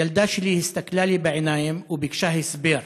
הילדה שלי הסתכלה לי בעיניים וביקשה הסבר,